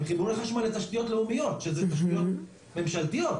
חיבורי חשמל לתשתיות לאומיות שזה תשתיות ממשלתיות,